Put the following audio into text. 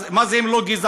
מה זה אם לא גזענות?